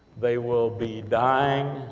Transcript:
they will be dying,